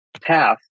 path